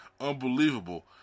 unbelievable